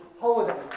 holiday